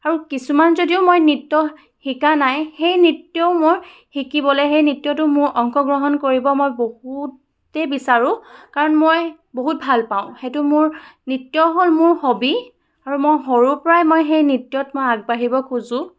আৰু কিছুমান যদিও মই নৃত্য শিকা নাই সেই নৃত্যও মই শিকিবলৈ সেই নৃত্যটো মোৰ অংশগ্ৰহণ কৰিব মই বহুতেই বিচাৰোঁ কাৰণ মই বহুত ভাল পাওঁ সেইটো মোৰ নৃত্য হ'ল মোৰ হবী আৰু মই সৰুৰ পৰাই মই সেই নৃত্যত মই আগবাঢ়িব খোজোঁ